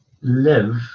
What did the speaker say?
live